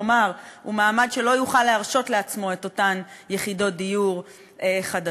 כלומר הוא מעמד שלא יוכל להרשות לעצמו את אותן יחידות דיור חדשות,